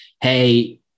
Hey